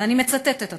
ואני מצטטת אותו: